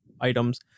items